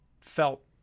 felt